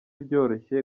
byoroshye